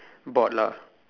board lah